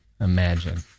Imagine